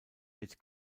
mit